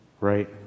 right